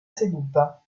seduta